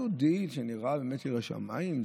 יהודי שנראה ירא שמיים,